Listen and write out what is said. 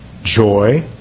Joy